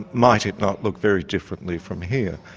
might it not look very differently from here.